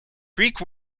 greek